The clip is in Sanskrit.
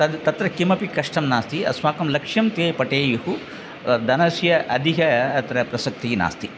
तद् तत्र किमपि कष्टं नास्ति अस्माकं लक्ष्यं ते पठेयुः धनस्य अधिकः अत्र प्रसक्तिः नास्ति